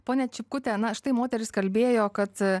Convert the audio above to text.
ponia čipkute na štai moteris kalbėjo kad